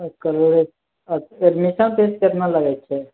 ओकर जे हइ आओर एडमिशन फीस कितना लगइ छै